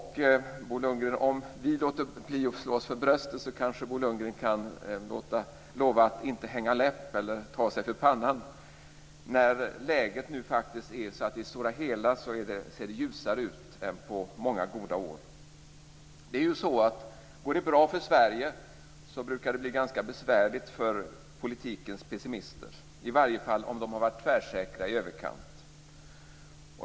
Om vi låter bli att slå oss för bröstet, kanske Bo Lundgren kan lova att inte hänga läpp eller ta sig för pannan när läget nu i det stora hela ser ljusare ut än på många år. Går det bra för Sverige brukar det bli ganska besvärligt för politikens pessimister, i varje fall om de har varit tvärsäkra i överkant.